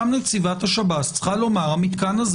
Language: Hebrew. שם נציבת השב"ס צריכה לומר: המתקן הזה